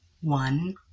one